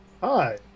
Hi